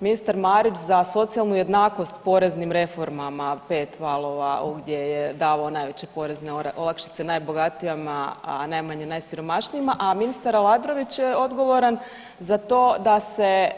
Ministar Marić za socijalnu jednakost poreznim reformama pet valova gdje je davao najveće porezne olakšice najbogatijima, a najmanje najsiromašnijima, a ministar Aladrović je odgovoran za to da se